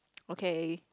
okay